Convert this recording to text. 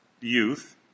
youth